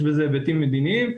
יש בזה היבטים מדיניים.